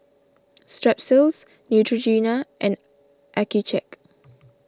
Strepsils Neutrogena and Accucheck